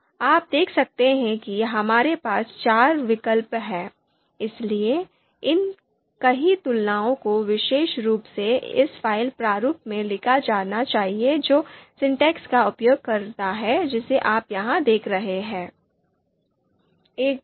तो आप देख सकते हैं कि हमारे पास चार विकल्प हैं इसलिए इन कई तुलनाओं को विशेष रूप से इस फ़ाइल प्रारूप में लिखा जाना चाहिए जो सिंटैक्स का उपयोग करता है जिसे आप यहां देख रहे हैं